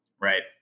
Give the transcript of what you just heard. Right